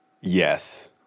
yes